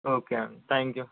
okay అండి thank you